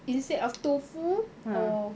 instead of too full or